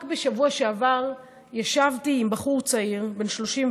רק בשבוע שעבר ישבתי עם בחור צעיר בן 34